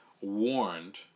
warned